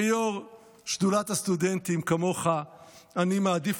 כיו"ר שדולת הסטודנטים כמוך אני מעדיף